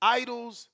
idols